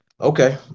Okay